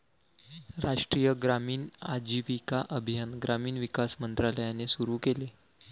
राष्ट्रीय ग्रामीण आजीविका अभियान ग्रामीण विकास मंत्रालयाने सुरू केले